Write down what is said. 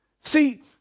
See